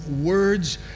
words